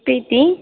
பிரீத்தி